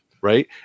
right